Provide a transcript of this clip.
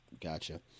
Gotcha